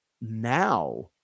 now